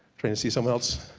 trying to see someone else.